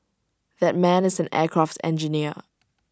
that man is an aircraft engineer